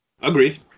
Agreed